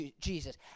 Jesus